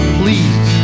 please